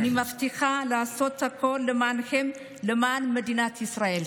אני מבטיחה לעשות הכול למענכם, למען מדינת ישראל.